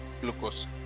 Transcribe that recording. glucose